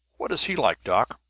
what is he like, doc?